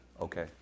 Okay